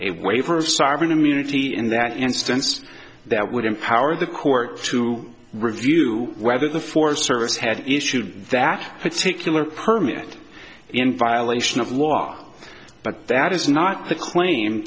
a waiver of sovereign immunity in that instance that would empower the court to review whether the forest service had issued that particular permit in violation of law but that is not the claim